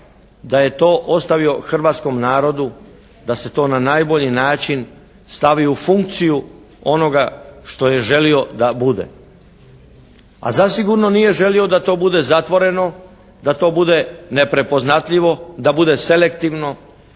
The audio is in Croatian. da je to ostavio hrvatskom narodu, da se to na najbolji način stavi u funkciju onoga što je želio da bude. A zasigurno nije želio da to bude zatvoreno, da to bude neprepoznatljivo, da bude selektivno